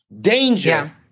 danger